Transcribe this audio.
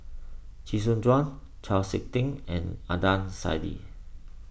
Chee Soon Juan Chau Sik Ting and Adnan Saidi